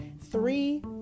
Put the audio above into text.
Three